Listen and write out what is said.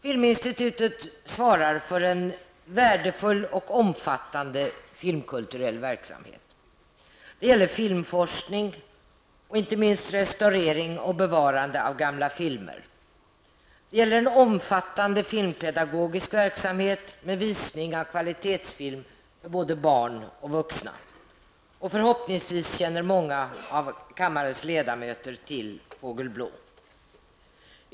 Filminstitutet svarar för en värdefull och omfattande filmkulturell verksamhet: filmforskning, restaurering och bevarande av gamla filmer samt omfattande filmpedagogisk verksamhet med visning av kvalitetsfilm för både barn och vuxna. Förhoppningsvis känner många av kammarens ledamöter till Fågel Blå.